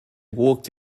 walked